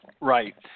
Right